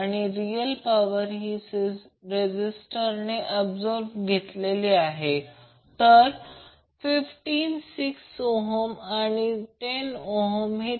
तर हे j 100 Ω आहे हे 100 Ω आहे आणि A B C या सर्व गोष्टी दिलेल्या आहेत VOB शोधायचे आहे म्हणजे ओपन सर्किट व्होल्टेज VOB आहे